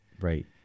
Right